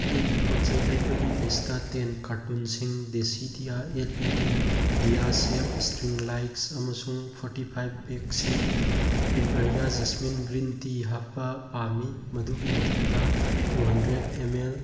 ꯑꯩꯒꯤ ꯄꯣꯠ ꯆꯩ ꯂꯩꯕꯒꯤ ꯂꯤꯁꯇ ꯇꯦꯟ ꯀꯥꯔꯇꯨꯟꯁꯤꯡ ꯗꯤꯁꯤꯗꯤꯑꯥꯔ ꯑꯦꯜ ꯏ ꯗꯤ ꯗꯤꯌꯥ ꯁꯦꯕ ꯏꯁꯇ꯭ꯔꯤꯡ ꯂꯥꯏꯠꯁ ꯑꯃꯁꯨꯡ ꯐꯣꯔꯇꯤ ꯐꯥꯏꯞ ꯕꯦꯒꯁꯤꯡ ꯏꯝꯄꯔꯤꯌꯥ ꯖꯁꯃꯤꯟ ꯒ꯭ꯔꯤꯟ ꯇꯤ ꯍꯥꯞꯄ ꯄꯥꯝꯃꯤ ꯃꯗꯨꯒꯤ ꯃꯊꯛꯇ ꯇꯨ ꯍꯟꯗ꯭ꯔꯦꯗ ꯑꯦꯝ ꯑꯦꯜ